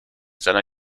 seiner